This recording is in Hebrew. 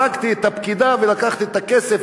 הרגתי את הפקידה ולקחתי את הכסף,